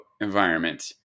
environment